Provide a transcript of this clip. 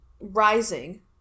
rising